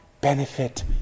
benefit